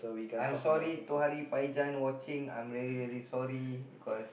I'm sorry to watching I'm really really sorry because